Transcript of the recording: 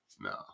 no